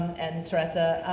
and teresa,